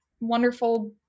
wonderful